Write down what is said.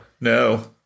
no